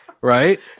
Right